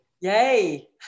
Yay